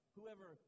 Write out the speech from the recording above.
Whoever